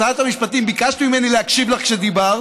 שרת המשפטים, ביקשת ממני להקשיב לך כשדיברת,